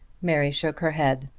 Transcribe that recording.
mary shook her head.